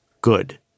good